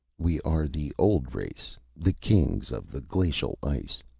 we are the old race, the kings of the glacial ice.